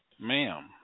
ma'am